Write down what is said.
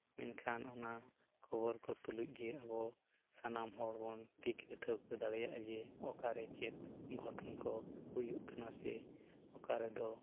ᱢᱮᱱᱠᱷᱟᱱ ᱚᱱᱟ ᱠᱷᱚᱵᱚᱨ ᱠᱚ ᱛᱩᱞᱩᱡᱜᱮ ᱟᱵᱚ ᱥᱟᱱᱟᱢ ᱦᱚᱲᱵᱚᱱ ᱴᱷᱤᱠᱟᱹ ᱴᱷᱟᱹᱣᱠᱟᱹ ᱫᱟᱲᱮᱭᱟᱜᱼᱟ ᱡᱮ ᱚᱠᱟᱨᱮ ᱪᱮᱫ ᱜᱷᱚᱴᱚᱱ ᱠᱚ ᱦᱩᱭᱩᱜ ᱠᱟᱱᱟ ᱥᱮ ᱚᱠᱟᱨᱮᱫᱚ